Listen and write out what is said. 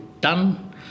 done